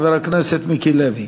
חבר הכנסת מיקי לוי.